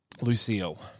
Lucille